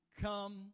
come